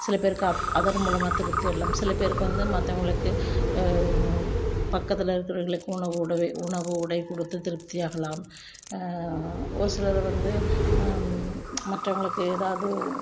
சில பேருக்கு அதர் மூலமா திருப்தி அடையலாம் சில பேருக்கு வந்து மற்றவங்களுக்கு பக்கத்தில் இருக்குறவங்களுக்கும் உணவுடவே உணவு உடை கொடுத்து திருப்தி ஆகலாம் ஒரு சிலர் வந்து மற்றவர்களுக்கு எதாவது